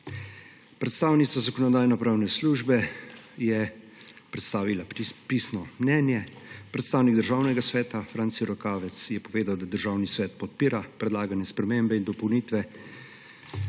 Predstavnica Zakonodajno-pravne službe je predstavila pisno mnenje, predstavnik Državnega sveta Franci Rokavec je povedal, da Državni svet podpira predlagane spremembe in dopolnitve.